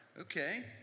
okay